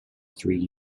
three